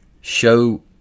show